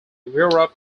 europe